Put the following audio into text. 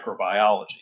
microbiology